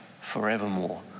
forevermore